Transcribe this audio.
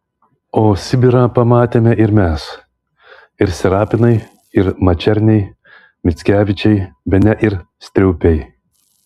o sibirą pamatėme ir mes ir serapinai ir mačerniai mickevičiai bene ir striaupiai